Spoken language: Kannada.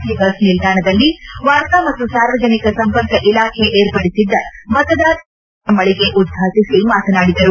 ಸಿ ಬಸ್ ನಿಲ್ದಾಣದಲ್ಲಿ ವಾರ್ತಾ ಮತ್ತು ಸಾರ್ವಜನಿಕ ಸಂಪರ್ಕ ಇಲಾಖೆ ಏರ್ಪಡಿಸಿದ ಮತದಾನ ಜಾಗೃತಿ ಪ್ರದರ್ಶನ ಮಳಗೆ ಉದ್ಘಾಟಿಸಿ ಮಾತನಾಡಿದರು